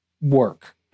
work